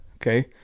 Okay